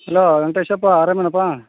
hello Venkateshappa ಅರಾಮ ಏನಪ್ಪ